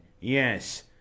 Yes